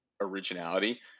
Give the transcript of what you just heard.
originality